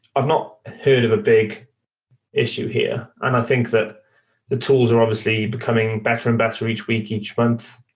i've not heard of a big issue here. and i think that the tools are obviously becoming better and better each week, each month,